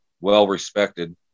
well-respected